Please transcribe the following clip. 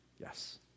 Yes